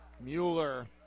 Mueller